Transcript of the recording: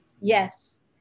Yes